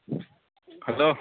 hello